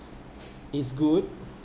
is good